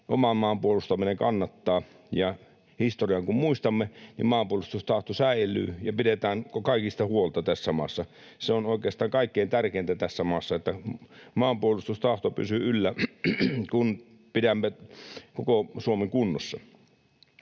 oman maan puolustaminen kannattaa, ja historian kun muistamme, niin maanpuolustustahto säilyy ja pidetään kaikista huolta tässä maassa. Se on oikeastaan kaikkein tärkeintä tässä maassa, että maanpuolustustahto pysyy yllä, kun pidämme koko Suomen kunnossa.